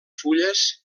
fulles